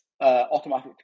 Automatic